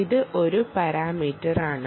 ഇത് ഒരു പാരാമീറ്ററാണ്